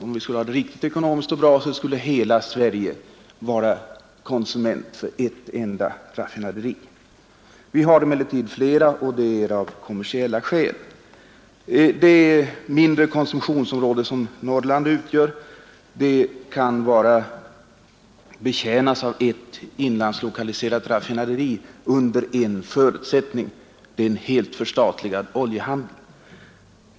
Om vi skulle ha det riktigt ekonomiskt ordnat skulle hela Sverige betjänas av ett enda raffinaderi. Av kommersiella skäl har vi emellertid flera. Det mindre konsumtionsområde som Norrland utgör kan bara betjänas av ett inlandslokaliserat raffinaderi under en förutsättning — en helt förstatligad oljehandel.